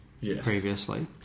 previously